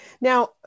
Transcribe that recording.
Now